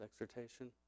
exhortation